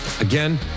Again